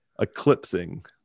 eclipsing